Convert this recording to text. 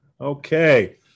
Okay